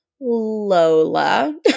Lola